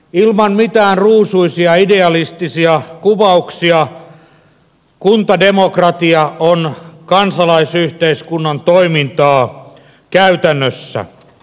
ilman mitään ruusuisia idealistisia kuvauksia kuntademokratia on kansalaisyhteiskunnan toimintaa käytännössä